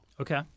Okay